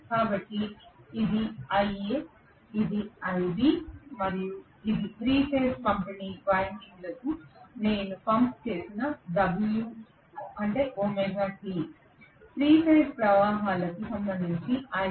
కాబట్టి ఇది iA ఇది iB మరియు ఇది 3 ఫేజ్ పంపిణీ వైండింగ్కు నేను పంప్ చేసిన ωt 3 ఫేజ్ ప్రవాహాలకు సంబంధించి iC